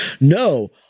No